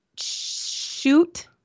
shoot